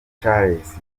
charles